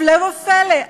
הפלא ופלא,